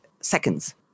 seconds